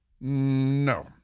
No